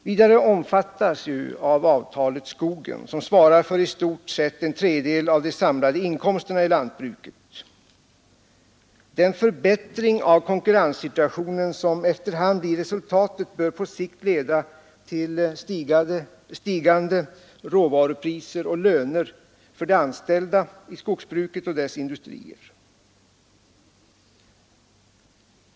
Vidare omfattas skogen, som svarar för i stort sett en tredjedel av de ättring av samlade inkomsterna i lantbruket, av avtalet. Den för konkurrenssituationen som efter hand blir resultatet bör på sikt leda till stigande råvarupriser och löner för de anställda i skogsbruket och dess industrier.